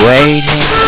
Waiting